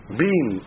beam